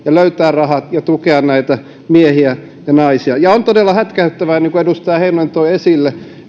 löytää rahat ja tukea näitä miehiä ja naisia on todella hätkähdyttävää niin kuin edustaja heinonen toi esille